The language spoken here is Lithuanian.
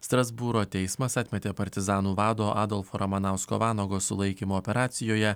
strasbūro teismas atmetė partizanų vado adolfo ramanausko vanago sulaikymo operacijoje